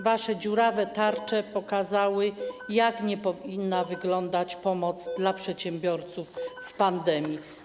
Wasze dziurawe tarcze pokazały, jak nie powinna wyglądać pomoc dla przedsiębiorców w trakcie pandemii.